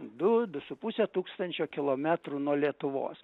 du du su puse tūkstančio kilometrų nuo lietuvos